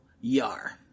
Yar